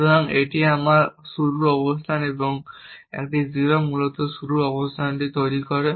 সুতরাং এটি আমার শুরুর অবস্থান এবং একটি 0 মূলত এই শুরুর অবস্থানটি তৈরি করে